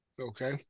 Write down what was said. Okay